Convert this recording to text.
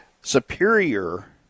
superior